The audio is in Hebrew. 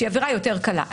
שהיא עבירה יותר קלה.